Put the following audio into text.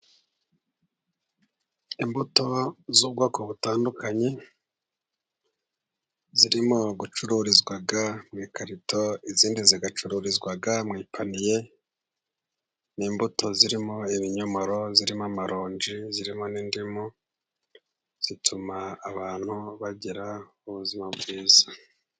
Imbuto z'ubwoko butandukanye, zirimo gucururizwa mu ikarito, izindi zigacururizwa mu ipaniye, n'imbuto zirimo ibinyomoro, zirimo amaronji, zirimo n'indimu, zituma abantu bagira ubuzima bwiza.